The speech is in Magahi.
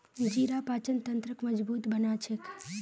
जीरा पाचन तंत्रक मजबूत बना छेक